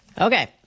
Okay